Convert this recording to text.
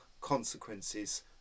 consequences